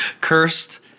Cursed